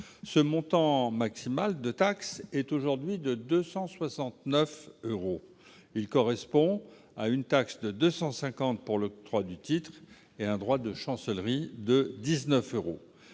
Ce montant maximal est aujourd'hui de 269 euros, soit une taxe de 250 euros pour l'octroi du titre et un droit de chancellerie de 19 euros.